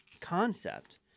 concept